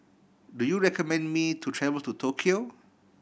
do you recommend me to travel to Tokyo